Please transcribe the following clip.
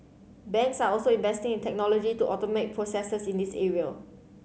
banks are also investing in technology to automate processes in this area